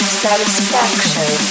satisfaction